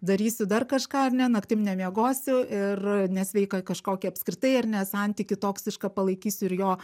darysi dar kažką ar ne naktim nemiegosiu ir nesveiką kažkokį apskritai ar ne santykį toksiška palaikysiu ir jo